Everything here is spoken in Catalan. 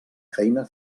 feina